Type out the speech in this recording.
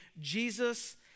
Jesus